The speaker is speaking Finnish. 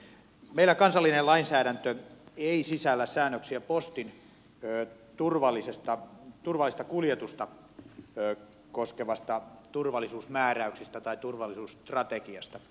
meillä kansallinen lainsäädäntö ei sisällä säännöksiä postin turvallista kuljetusta koskevasta turvallisuusmääräyksestä tai turvallisuusstrategiasta